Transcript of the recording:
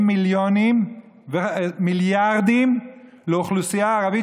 מיליונים ומיליארדים לאוכלוסייה הערבית,